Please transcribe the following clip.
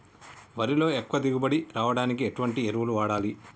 వరిలో ఎక్కువ దిగుబడి రావడానికి ఎటువంటి ఎరువులు వాడాలి?